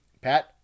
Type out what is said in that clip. Pat